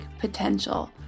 potential